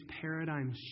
paradigm